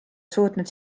suutnud